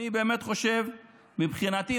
מבחינתי,